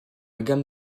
gamme